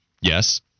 Yes